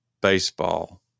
baseball